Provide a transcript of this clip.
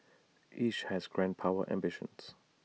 each has grand power ambitions